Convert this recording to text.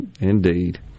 indeed